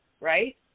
right